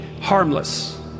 harmless